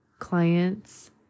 clients